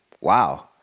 Wow